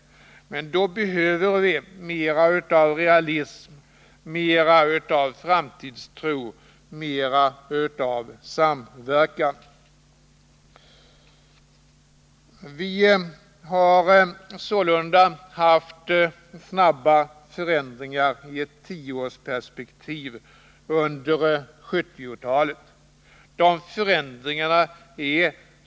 Men då behöver vi mera av realism, mera av framtidstro, mera av samverkan. Vi har sålunda haft snabba förändringar i ett tioårsperspektiv under 1970-talet.